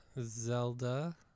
Zelda